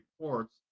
reports